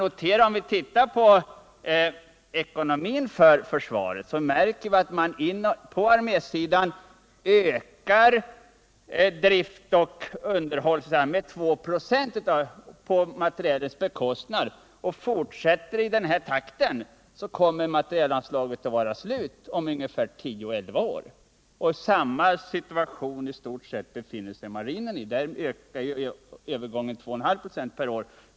Om vi tittar på ekonomin för försvaret märker vi att man på armésidan ökar drift och underhåll med 2 96 om året på materielens bekostnad. Fortsätter det i den här takten kommer materielanslaget att vara slut om 10-11 år. Marinen befinner sig i ungefär samma situation. Där ökar underhållskostnaderna i förhållande till materielen med 2,5 96 per år.